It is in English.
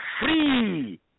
free